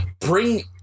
bring